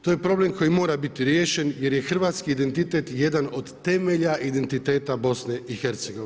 To je problem koji mora biti riješen jer je hrvatski identitet, jedan od temelja identiteta BIH.